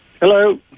Hello